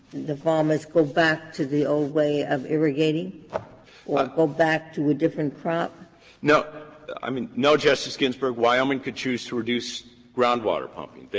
the farmers, go back to the old way of irrigating or go back to a different crop? bullock no i mean, no, justice ginsburg. wyoming could choose to reduce groundwater pumping.